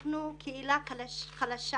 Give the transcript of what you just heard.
אנחנו קהילה חלשה.